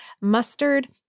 mustard